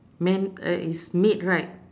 man uh is made right